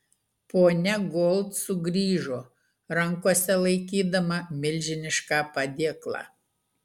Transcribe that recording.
ponia gold sugrįžo rankose laikydama milžinišką padėklą